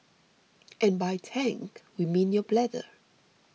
and by tank we mean your bladder